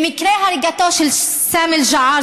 במקרה הריגתו של סאמי אל-ג'עאר,